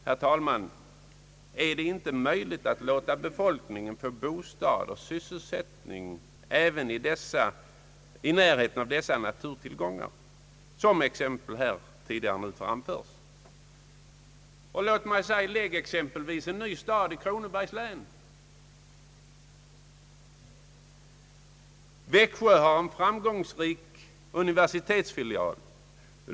Herr talman! Är det inte möjligt att låta befolkningen få bostad och sysselsättning i närheten av dessa naturtillgångar, som här tidigare framförts exempel på? Lägg t.ex. en ny stad i Kronobergs län! Växjö har en framgångsrik universitetsfilial.